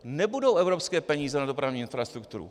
Nebudou evropské peníze na dopravní infrastrukturu!